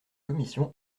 commission